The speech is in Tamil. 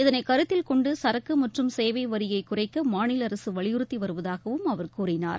இதனை கருத்தில் கொண்டு சரக்கு மற்றும் சேவை வரியை குறைக்க மாநில அரசு வலியுறுத்தி வருவதாகவும் அவர் கூறினார்